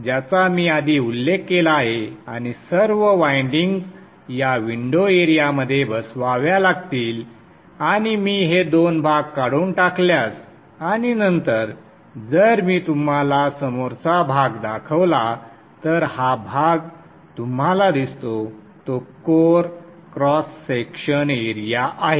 ज्याचा मी आधी उल्लेख केला आहे आणि सर्व वायंडिंग्ज या विंडो एरियामध्ये बसवाव्या लागतील आणि मी हे दोन भाग काढून टाकल्यास आणि नंतर जर मी तुम्हाला समोरचा भाग दाखवला तर हा भाग तुम्हाला दिसतो तो कोअर क्रॉस सेक्शन एरिया आहे